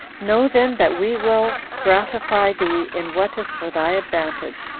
know then that we will gratify thee in what is for thy advantage,